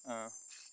অঁ